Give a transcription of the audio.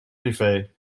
privé